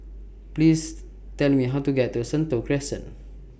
Please Tell Me How to get to Sentul Crescent